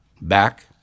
Back